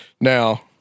Now